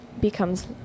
becomes